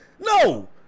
No